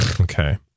Okay